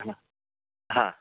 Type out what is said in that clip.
हां